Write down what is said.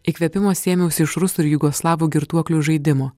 įkvėpimo sėmiausi iš rusų ir jugoslavų girtuoklių žaidimo